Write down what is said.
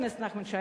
חבר הכנסת נחמן שי,